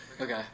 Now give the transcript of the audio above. Okay